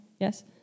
Yes